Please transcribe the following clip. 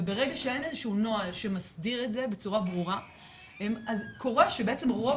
ברגע שאין איזה שהוא נוהל שמסדיר את זה בצורה ברורה אז קורה שרוב